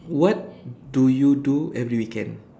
what do you do every weekend